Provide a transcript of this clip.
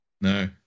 No